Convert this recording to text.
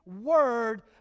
Word